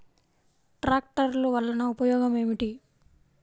ట్రాక్టర్లు వల్లన ఉపయోగం ఏమిటీ?